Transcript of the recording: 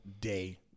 day